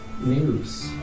news